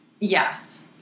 yes